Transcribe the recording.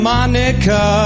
Monica